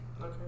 Okay